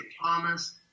Thomas